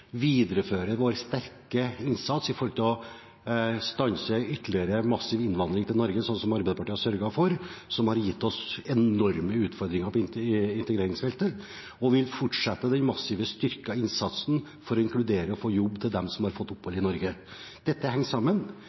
videreføre vår sterke innsats for å stanse ytterligere massiv innvandring til Norge, som Arbeiderpartiet har sørget for, som har gitt oss enorme utfordringer på integreringsfeltet. Vi vil fortsette den massive, styrkede innsatsen for å inkludere og få jobb til dem som har fått opphold i Norge. Dette henger sammen.